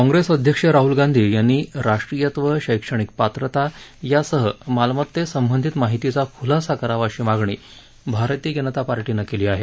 काँप्रेस अध्यक्ष राहूल गांधी यांनी राष्ट्रीयत्व शैक्षणिक पात्रता यासह मालमत्तेसंबंधित माहितीचा खुलासा करावा अशी मागणी भारतीय जनता पार्टीनं केली आहे